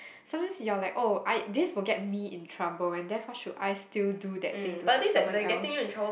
sometimes you are like oh I this will get me in trouble and therefore should I still do that thing to help someone else